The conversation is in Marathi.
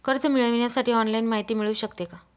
कर्ज मिळविण्यासाठी ऑनलाईन माहिती मिळू शकते का?